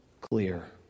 clear